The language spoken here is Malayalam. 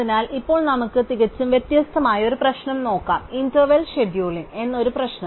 അതിനാൽ ഇപ്പോൾ നമുക്ക് തികച്ചും വ്യത്യസ്തമായ ഒരു പ്രശ്നം നോക്കാം ഇന്റർവെൽ ഷെഡ്യൂളിംഗ് എന്ന ഒരു പ്രശ്നം